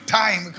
time